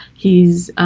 he's